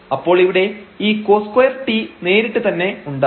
അപ്പോൾ ഇവിടെ ഈ cos2t നേരിട്ട് തന്നെ ഉണ്ടാവും